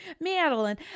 Madeline